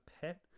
pet